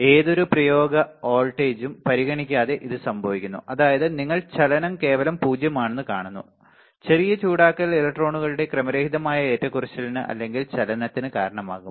ഏതൊരു പ്രയോഗ വോൾട്ടേജും പരിഗണിക്കാതെ ഇത് സംഭവിക്കുന്നു അതായത് നിങ്ങൾ ചലനം കേവലം പൂജ്യമാണെന്ന് കാണുന്നു ചെറിയ ചൂടാക്കൽ ഇലക്ട്രോണുകളുടെ ക്രമരഹിതമായ ഏറ്റക്കുറച്ചിലിന് അല്ലെങ്കിൽ ചലനത്തിന് കാരണമാകും